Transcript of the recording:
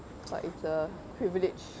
but it's a privilege